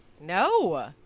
No